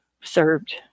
served